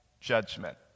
judgment